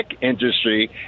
industry